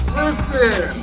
listen